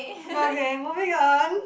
okay moving on